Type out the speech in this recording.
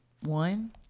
one